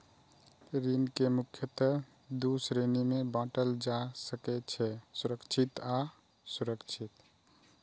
ऋण कें मुख्यतः दू श्रेणी मे बांटल जा सकै छै, सुरक्षित आ असुरक्षित